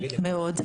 מאוד.